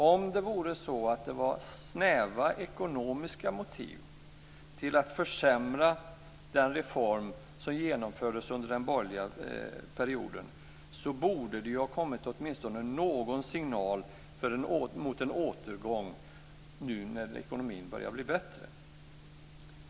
Om det handlade om snäva ekonomiska motiv till att försämra den reform som genomfördes under den borgerliga perioden borde det ha kommit åtminstone någon signal om en återgång nu när ekonomin börjar bli bättre.